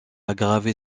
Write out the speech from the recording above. aggravé